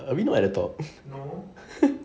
aren't we not at the top